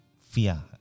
fear